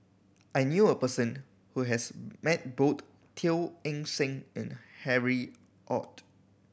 I knew a person who has met both Teo Eng Seng and Harry Ord